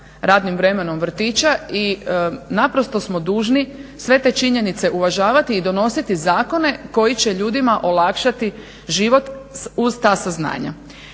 radnim vremenom vrtića i naprosto smo dužni sve te činjenice uvažavati i donositi zakone koji će ljudima olakšati život uz ta saznanja.